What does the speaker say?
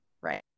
right